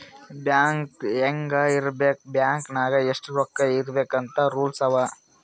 bank ಹ್ಯಾಂಗ್ ಇರ್ಬೇಕ್ bank ನಾಗ್ ಎಷ್ಟ ರೊಕ್ಕಾ ಇರ್ಬೇಕ್ ಅಂತ್ ರೂಲ್ಸ್ ಅವಾ